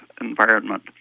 environment